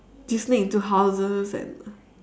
do you sneak into houses and